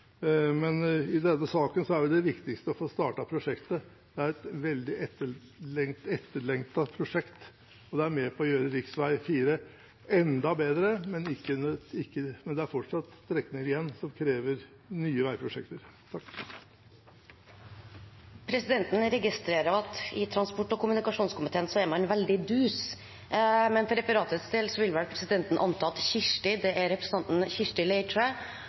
Men i denne saken er det viktigste å få startet prosjektet. Det er et veldig etterlengtet prosjekt som er med på å gjøre rv. 4 enda bedre, men det er fortsatt strekninger igjen som krever nye veiprosjekter. Som veldig mange har påpekt før meg i dag, er dette en gladsak. Det er en vei som spesielt lokalbefolkningen har ventet lenge på. Det er